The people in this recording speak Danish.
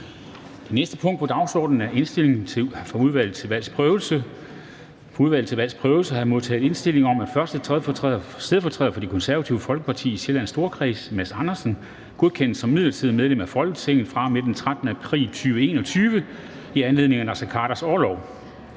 (KF). Kl. 16:31 Forhandling Formanden (Henrik Dam Kristensen): Fra Udvalget til Valgs Prøvelse har jeg modtaget indstilling om, at 1. stedfortræder for Det Konservative Folkeparti i Sjællands Storkreds, Mads Andersen, godkendes som midlertidigt medlem af Folketinget fra og med den 13. april 2021 i anledning af Naser Khaders orlov.